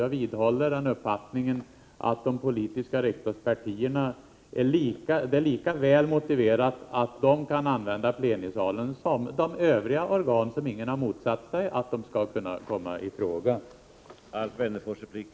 Jag vidhåller den uppfattningen att det är lika motiverat att låta de politiska riksdagspartierna använda plenisalen som de övriga organ, vilkas möjligheter ingen har motsatt